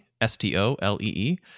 S-T-O-L-E-E